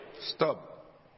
Stop